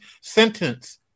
sentence